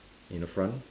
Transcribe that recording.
in front